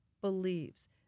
believes